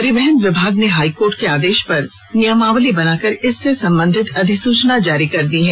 परिवहन विभाग ने हाईकोर्ट के आदेश पर नियमावली बनाकर इससे संबंधित अधिसूचना जारी कर दी है